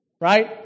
Right